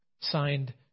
Signed